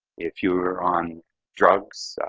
if you were on drugs,